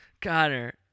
Connor